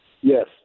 Yes